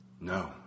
No